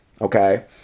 Okay